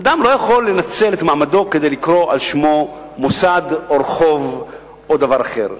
אדם לא יכול לנצל את מעמדו כדי לקרוא על שמו מוסד או רחוב או דבר אחר.